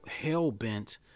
hell-bent